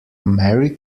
mary